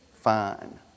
fine